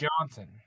Johnson